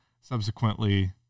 subsequently